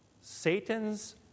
Satan's